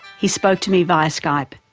he spoke to me via skype.